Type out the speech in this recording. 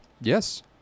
Yes